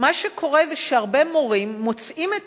מה שקורה זה שהרבה מורים מוצאים את